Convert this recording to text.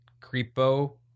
creepo